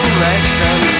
lesson